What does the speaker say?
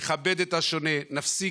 נכבד את השונה, נפסיק